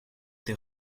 des